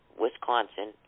Wisconsin